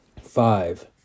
Five